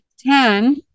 ten